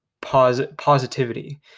positivity